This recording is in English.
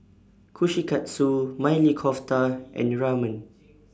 Kushikatsu Maili Kofta and Ramen